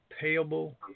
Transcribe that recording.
payable